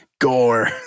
gore